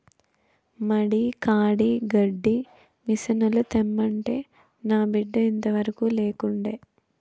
మడి కాడి గడ్డి మిసనుల తెమ్మంటే నా బిడ్డ ఇంతవరకూ లేకుండే